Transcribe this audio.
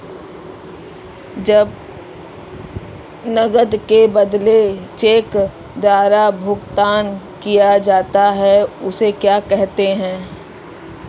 जब नकद के बदले चेक द्वारा भुगतान किया जाता हैं उसे क्या कहते है?